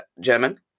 German